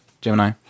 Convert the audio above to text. Gemini